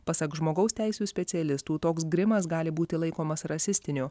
pasak žmogaus teisių specialistų toks grimas gali būti laikomas rasistiniu